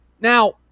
now